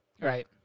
Right